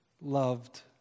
loved